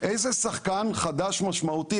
איזה שחקן חדש משמעותי,